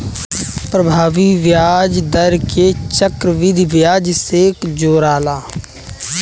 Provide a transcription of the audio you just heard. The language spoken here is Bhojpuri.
प्रभावी ब्याज दर के चक्रविधि ब्याज से जोराला